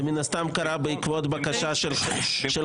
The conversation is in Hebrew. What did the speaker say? זה מן הסתם קרה בעקבות בקשה של חלק